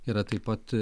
yra taip pat